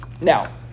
Now